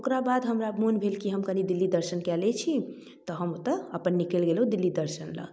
ओकरा बाद हमरा मोन भेल की हम कनी दिल्ली दर्शन कए लै छी तऽ हम ओतऽ अपन निकलि गेलहुँ दिल्ली दर्शन लए